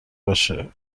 باشه